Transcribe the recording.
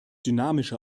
dynamische